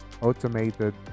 automated